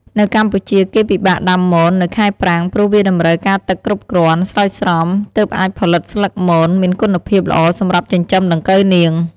នៅកម្ពុជាគេពិបាកដាំមន នៅខែប្រាំង ព្រោះវាតម្រូវការទឹកគ្រប់គ្រាន់ ស្រោចស្រព ទើបអាចផលិតស្លឹកមន មានគុណភាពល្អសម្រាប់ចិញ្ចឹមដង្កូវនាង។